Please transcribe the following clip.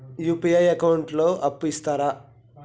UPI account లో అప్పు ఇస్తరా?